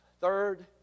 third